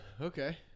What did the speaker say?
Okay